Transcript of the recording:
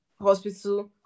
hospital